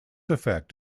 effect